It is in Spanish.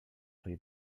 soy